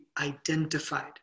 identified